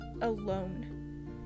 alone